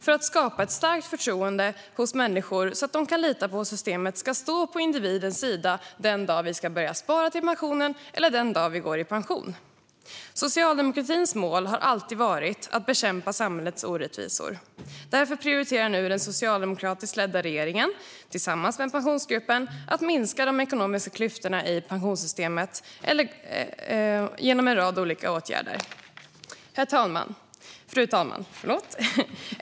Det måste skapa ett starkt förtroende hos människor, så att man kan lita på att systemet står på individens sida den dag man börjar spara till pensionen eller den dag man går i pension. Socialdemokratins mål har alltid varit att bekämpa samhällets orättvisor. Därför prioriterar nu den socialdemokratiskt ledda regeringen, tillsammans med Pensionsgruppen, att genom en rad olika åtgärder minska de ekonomiska klyftorna i pensionssystemet. Fru talman!